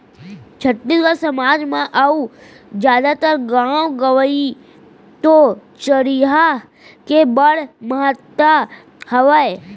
छत्तीसगढ़ी समाज म अउ जादातर गॉंव गँवई तो चरिहा के बड़ महत्ता हावय